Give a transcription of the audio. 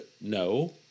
No